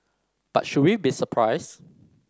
but should we be surprised